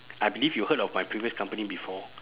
I believe you heard of my previous company before